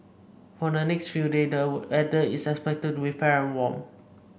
for the next few day the weather is expected to be fair and warm